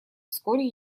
вскоре